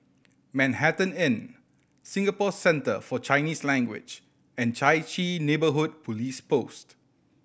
Manhattan Inn Singapore Centre For Chinese Language and Chai Chee Neighbourhood Police Post